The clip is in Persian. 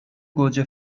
گوجه